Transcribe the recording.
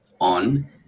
on